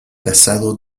casado